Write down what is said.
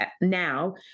now